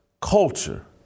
culture